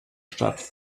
stadt